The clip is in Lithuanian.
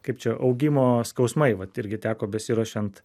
kaip čia augimo skausmai vat irgi teko besiruošiant